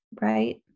Right